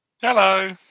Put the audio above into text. Hello